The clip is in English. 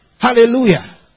Hallelujah